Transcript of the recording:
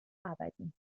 arbeiten